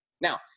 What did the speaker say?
Now